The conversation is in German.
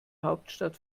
hauptstadt